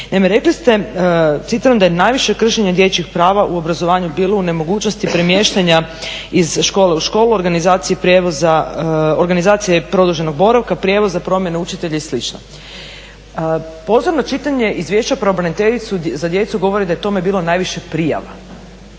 rekli ste, citiram, da je najviše kršenje dječjih prava u obrazovanju bilo u nemogućnosti premještanja iz škole u školu, organizacije prijevoza, organizacije produženog boravka, prijevoza, promjene učitelja i slično. Pozorno čitanje Izvješća pravobraniteljice za djecu govori da je tome bilo najviše prijava.